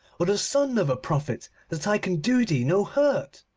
or the son of a prophet, that i can do thee no hurt?